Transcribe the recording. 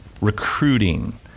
recruiting